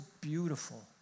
beautiful